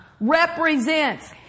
represents